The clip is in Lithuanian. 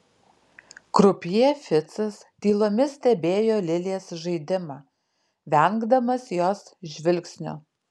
krupjė ficas tylomis stebėjo lilės žaidimą vengdamas jos žvilgsnio